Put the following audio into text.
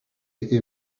hear